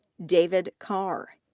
david carr,